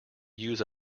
use